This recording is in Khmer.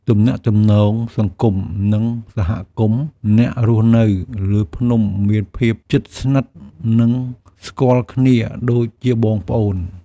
ទំនាក់ទំនងសង្គម និងសហគមន៍អ្នករស់នៅលើភ្នំមានភាពជិតស្និទ្ធ និងស្គាល់គ្នាដូចជាបងប្អូន។